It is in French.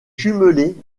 jumelée